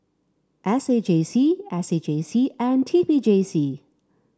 S A J C S A J C and T P J C